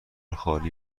خالی